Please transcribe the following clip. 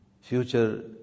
future